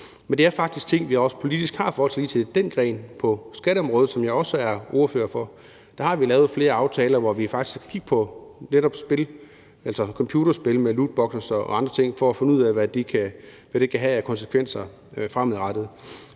men det er faktisk ting, vi også politisk har forholdt os til lige i den gren på skatteområdet, som jeg også er ordfører på. Der har vi lavet flere aftaler, hvor vi faktisk har kigget på netop spil, altså computerspil med lootboxes og andre ting, for at finde ud af, hvad det kan have af konsekvenser fremadrettet.